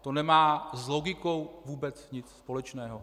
To nemá s logikou vůbec nic společného.